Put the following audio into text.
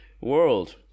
world